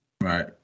Right